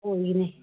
ꯑꯣꯏꯒꯅꯤ